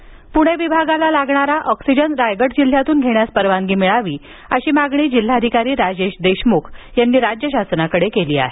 oxygen Pune विभागाला लागणारा oxygen Raigad जिल्ह्यातून घेण्यास परवानगी मिळावी अशी मागणी जिल्हाधिकारी राजेश देशमुख यांनी राज्य शासनाकडे केली आहे